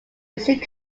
usually